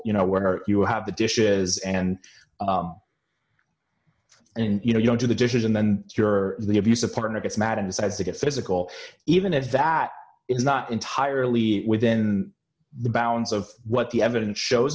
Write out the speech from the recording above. you know where you have the dishes and and you know you don't do the dishes and then you're the abuse a partner gets mad and decides to get physical even if that is not entirely within the bounds of what the evidence shows